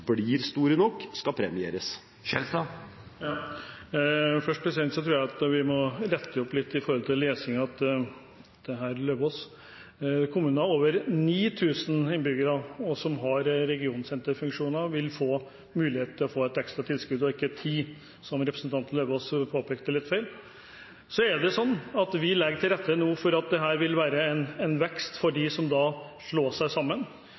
blir store nok, skal premieres? Først tror jeg at vi må rette opp litt når det gjelder lesingen til herr Lauvås. Kommuner med over 9 000 innbyggere – og ikke 10 000, som representanten Lauvås litt feil påpekte – og som har regionsenterfunksjoner, vil få mulighet til å få et ekstra tilskudd. Vi legger nå til rette for at dette vil bety vekst for dem som slår seg sammen. Så er det korrekt at noen av kommunene som ikke har de